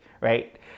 right